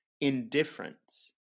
indifference